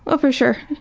ah for sure.